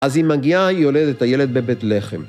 אז היא מגיעה, היא יולדת את הילד בבית לחם.